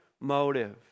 motive